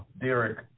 Derek